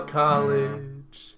college